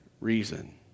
reason